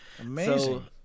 Amazing